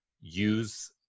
use